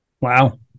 Wow